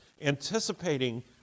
anticipating